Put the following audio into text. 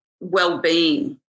well-being